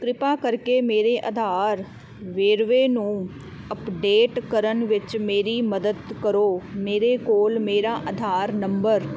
ਕ੍ਰਿਪਾ ਕਰਕੇ ਮੇਰੇ ਆਧਾਰ ਵੇਰਵੇ ਨੂੰ ਅਪਡੇਟ ਕਰਨ ਵਿੱਚ ਮੇਰੀ ਮਦਦ ਕਰੋ ਮੇਰੇ ਕੋਲ ਮੇਰਾ ਆਧਾਰ ਨੰਬਰ